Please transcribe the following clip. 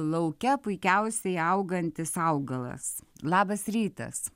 lauke puikiausiai augantis augalas labas rytas